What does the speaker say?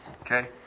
Okay